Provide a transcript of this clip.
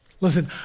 Listen